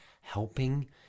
helping